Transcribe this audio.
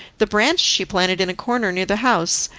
the branch she planted in a corner near the house,